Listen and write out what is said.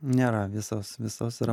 nėra visos visos yra